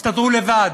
תסתדרו לבד.